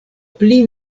pli